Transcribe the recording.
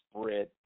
spread